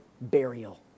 burial